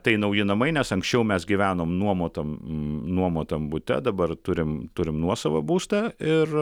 tai nauji namai nes anksčiau mes gyvenom nuomotam nuomotam bute dabar turim turim nuosavą būstą ir